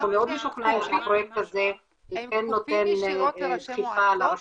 אנחנו משוכנעים שהפרויקט הזה נותן דחיפה לרשות